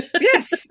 Yes